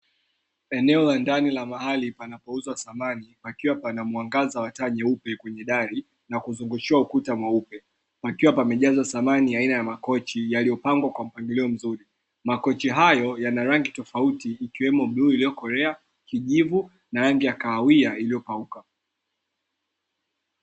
Eneo la ndani la mahali panapouzwa samani, pakiwa pana mwangaza wa taa nyeupe kwenye dari na kuzungushiwa ukuta mweupe, pakiwa pamejazwa samani aina ya makochi yaliyopangwa kwa mpangilio mzuri. Makochi hayo yana rangi tofauti, ikiwemo; bluu iliyokolea, kijivu na rangi ya kahawia iliyopauka.